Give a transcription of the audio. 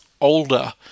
older